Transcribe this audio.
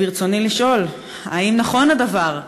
ברצוני לשאול: 1. האם נכון הדבר?